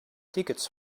tickets